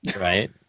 Right